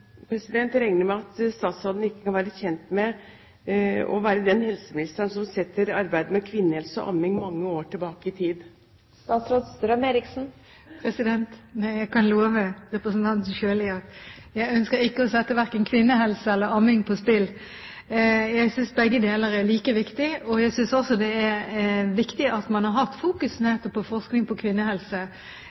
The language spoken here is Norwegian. amming mange år tilbake i tid. Jeg kan love representanten Sjøli at jeg ønsker ikke å sette verken kvinnehelse eller amming på spill. Jeg synes begge deler er like viktig, og jeg synes også det er viktig at man har fokusert nettopp på forskning på